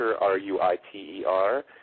R-U-I-T-E-R